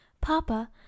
Papa